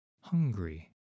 hungry